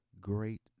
great